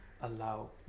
allow